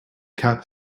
cap